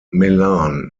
married